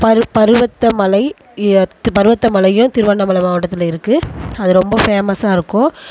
பரு பருவத மழை பருவத மலையும் திருவண்ணாமலை மாவட்டத்தில் இருக்குது அது ரொம்ப ஃபேமஸாக இருக்கும்